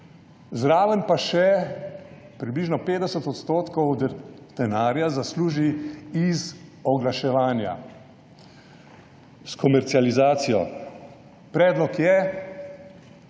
zraven pa še približno 50 % denarja zasluži iz oglaševanja, s komercializacijo. Predlog je,